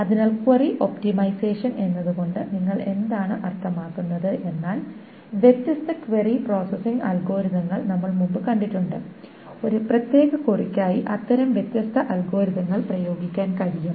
അതിനാൽ query optimisation എന്നതുകൊണ്ട് നിങ്ങൾ എന്താണ് അർത്ഥമാക്കുന്നത് എന്നാൽ വ്യത്യസ്ത ക്വയരി പ്രോസസ്സിംഗ് അൽഗോരിതങ്ങൾ നമ്മൾ മുമ്പ് കണ്ടിട്ടുണ്ട് ഒരു പ്രത്യേക ക്വയരിക്കായി അത്തരം വ്യത്യസ്ത അൽഗോരിതങ്ങൾ പ്രയോഗിക്കാൻ കഴിയും